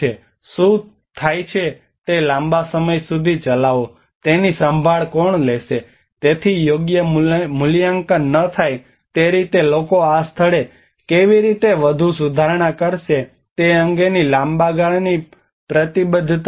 શું થાય છે તે લાંબા સમય સુધી ચલાવો તેની સંભાળ કોણ લેશે તેથી યોગ્ય મૂલ્યાંકન ન થાય તે રીતે લોકો આ સ્થળે કેવી રીતે વધુ સુધારણા કરશે તે અંગેની લાંબા ગાળાની પ્રતિબદ્ધતાઓ નથી